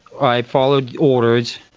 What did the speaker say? i followed orders.